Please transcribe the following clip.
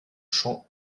chant